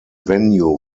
venue